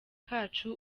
kacu